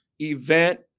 event